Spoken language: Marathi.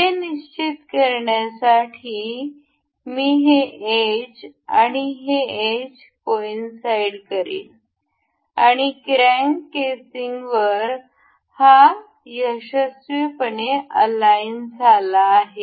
हे निश्चित करण्यासाठी मी हे एज आणि हे एज कॉइनसाईड करीन आणि क्रॅंक केसिंगवर हा यशस्वीपणे अलाईन झाला आहे